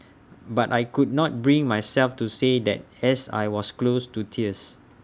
but I could not bring myself to say that as I was close to tears